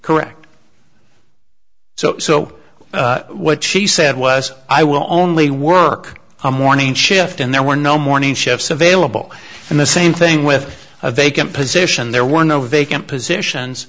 correct so so what she said was i will only work a morning shift and there were no morning shifts available and the same thing with a vacant position there were no vacant positions